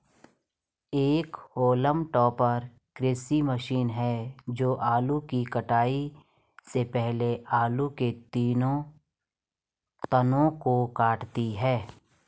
एक haulm topper कृषि machine है जो आलू की कटाई से पहले आलू के तनों को काटती है